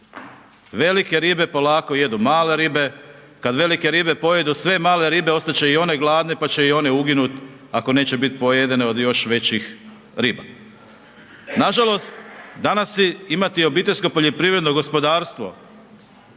Velike ribe polako jedu male ribe, kad velike ribe pojedu sve male ribe ostat će i one gladne pa će i one uginut ako neće bit pojedene od još većih riba. Nažalost, danas imati obiteljsko poljoprivredno gospodarstvo,